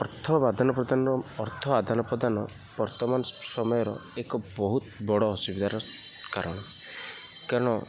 ଅର୍ଥ ଆଦାନ ପ୍ରଦାନର ଅର୍ଥ ଆଦାନ ପ୍ରଦାନ ବର୍ତ୍ତମାନ ସମୟର ଏକ ବହୁତ ବଡ଼ ଅସୁବିଧାର କାରଣ କାରଣ